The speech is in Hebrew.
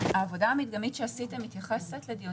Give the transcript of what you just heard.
חלק מהדברים אנחנו נפתור לארבעה חודשים